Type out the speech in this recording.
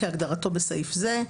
כהגדרתו בסעיף זה,